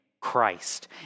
Christ